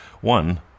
One